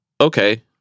okay